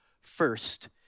first